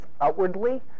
outwardly